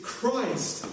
Christ